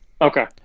Okay